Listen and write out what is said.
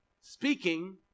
Speaking